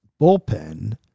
bullpen